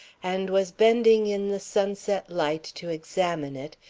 and was bending in the sunset light to examine it,